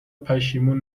پشیمون